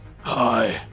Hi